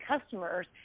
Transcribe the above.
customers